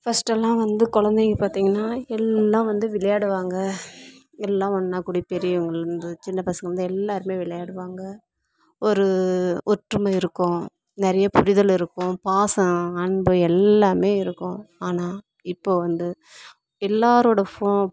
ஃபஸ்டெல்லாம் வந்து குழந்தைங்க பார்த்திங்கனா எல்லாம் வந்து விளையாடுவாங்க எல்லா ஒன்றாக்கூடி பெரியவங்களில் இருந்து சின்னப்பசங்க எல்லோருமே விளையாடுவாங்க ஒரு ஒற்றுமை இருக்கும் நிறையப் புரிதல் இருக்கும் பாசம் அன்பு எல்லாமே இருக்கும் ஆனால் இப்போது வந்து எல்லாரோடய ஃபோ